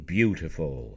Beautiful